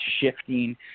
shifting